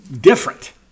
different